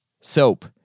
soap